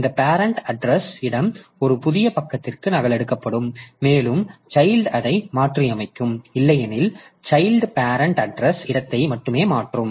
இந்த parent address இடம் ஒரு புதிய பக்கத்திற்கு நகலெடுக்கப்படும் மேலும் சைல்ட் அதை மாற்றியமைக்கும் இல்லையெனில் சைல்ட் பேரன்ட் அட்ரஸ் இடத்தை மட்டுமே மாற்றும்